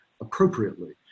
appropriately